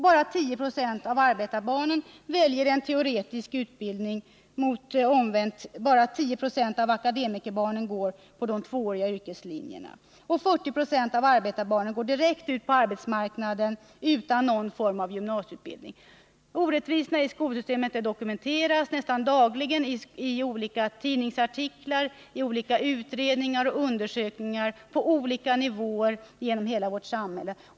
Bara 10 26 av arbetarbarnen väljer en teoretisk utbildning, och omvänt går bara 10 20 av akademikerbarnen de tvååriga yrkeslinjerna. 40 96 av arbetarbarnen går direkt ut på arbetsmarknaden utan någon form av gymnasieutbildning. Orättvisorna i skolsystemet dokumenteras nästan dagligen i olika tidningsartiklar, utredningar och undersökningar, på olika nivåer genom hela vårt samhälle.